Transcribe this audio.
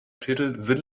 titel